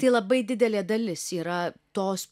tai labai didelė dalis yra tos